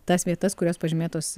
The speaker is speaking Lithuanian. tas vietas kurios pažymėtos